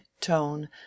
tone